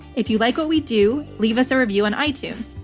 if you like what we do, leave us a review on itunes,